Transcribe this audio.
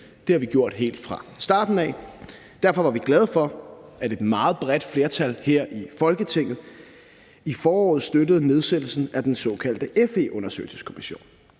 Det har vi gjort helt fra starten af, og derfor var vi glade for, at et meget bredt flertal her i Folketinget i foråret støttede nedsættelsen af den såkaldte FE-undersøgelseskommission.